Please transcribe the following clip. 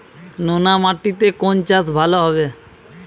নোনা মাটিতে কোন চাষ ভালো হবে?